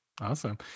awesome